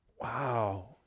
wow